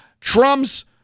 Trump's